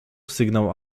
sygnał